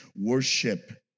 Worship